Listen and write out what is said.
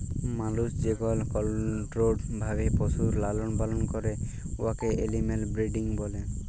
মালুস যেকল কলট্রোল্ড ভাবে পশুর লালল পালল ক্যরে উয়াকে এলিম্যাল ব্রিডিং ব্যলে